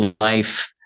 life